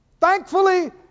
Thankfully